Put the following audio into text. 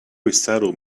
recital